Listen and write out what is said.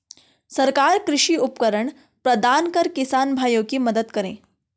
सरकार कृषि उपकरण प्रदान कर किसान भाइयों की मदद करें